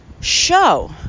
Show